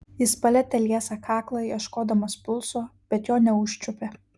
jis palietė liesą kaklą ieškodamas pulso bet jo neužčiuopė